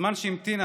בזמן שהמתינה